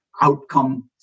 outcome